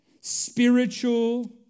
Spiritual